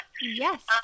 Yes